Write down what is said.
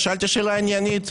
שאלתי שאלה עניינית.